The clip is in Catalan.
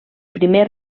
primer